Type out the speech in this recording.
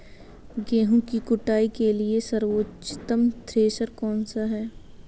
गेहूँ की कुटाई के लिए सर्वोत्तम थ्रेसर कौनसा है?